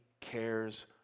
cares